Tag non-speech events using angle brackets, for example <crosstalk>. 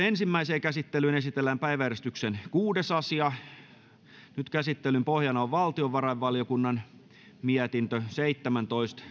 <unintelligible> ensimmäiseen käsittelyyn esitellään päiväjärjestyksen kuudes asia käsittelyn pohjana on valtiovarainvaliokunnan mietintö seitsemäntoista